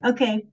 Okay